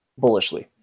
bullishly